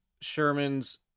sherman's